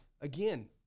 again